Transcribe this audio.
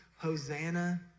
Hosanna